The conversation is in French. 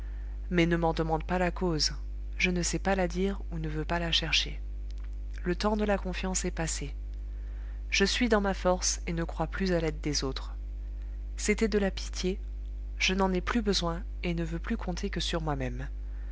mais ne m'en demande pas la cause je ne sais pas la dire ou ne veux pas la chercher le temps de la confiance est passé je suis dans ma force et ne crois plus à l'aide des autres c'était de la pitié je n'en ai plus besoin et ne veux plus compter que sur moi-même